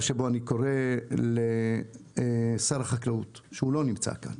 שאני קורא לשר החקלאות שהוא לא נמצא כאן